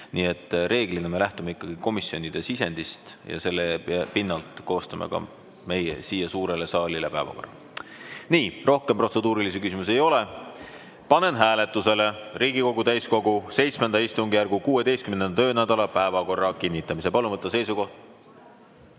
Nii et reeglina me lähtume ikkagi komisjonide sisendist ja selle pinnalt koostame suurele saalile päevakorra. Nii, rohkem protseduurilisi küsimusi ei ole. Panen hääletusele Riigikogu täiskogu VII istungjärgu 16. töönädala päevakorra kinnitamise. Palun võtta seisukoht